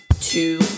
two